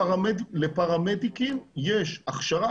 לפרמדיקים יש הכשרה,